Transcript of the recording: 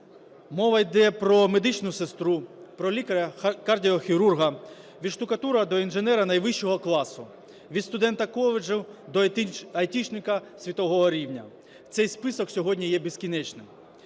мова йде про медичну сестру, про лікаря-кардіохірурга, від штукатура до інженера найвищого класу, від студента коледжу до айтішника світового рівня. Цей список сьогодні є безкінечним.